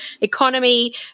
economy